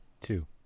Two